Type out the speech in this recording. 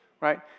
Right